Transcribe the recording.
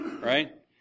right